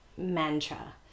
Mantra